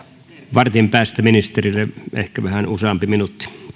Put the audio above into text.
vartin päästä ministerille ehkä vähän useampi minuutti